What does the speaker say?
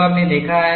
जो हमने देखा है